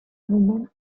woman